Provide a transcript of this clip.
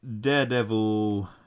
Daredevil